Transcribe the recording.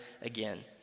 again